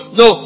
no